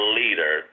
leader